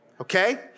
Okay